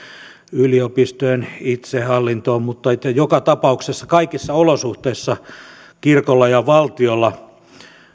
yliopistojen itsehallintoon mutta joka tapauksessa kaikissa olosuhteissa kirkolla ja valtiolla